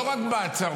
לא רק בהצהרות,